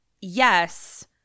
yes